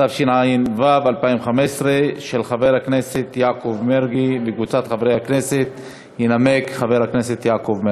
ההצעה להעביר את הצעת חוק פיקוח על מחירי מצרכים ושירותים